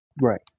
Right